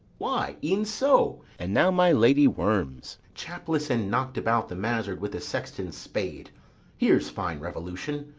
why, e'en so and now my lady worm's chapless, and knocked about the mazard with a sexton's spade here's fine revolution,